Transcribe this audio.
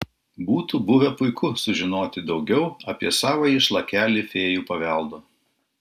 būtų buvę puiku sužinoti daugiau apie savąjį šlakelį fėjų paveldo